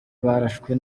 barashwe